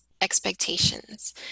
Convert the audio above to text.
expectations